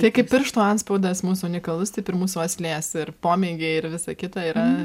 tai kaip piršto antspaudas mūsų unikalus taip ir mūsų uoslės ir pomėgiai ir visa kita yra